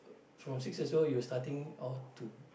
uh from six years old you starting off to